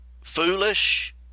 foolish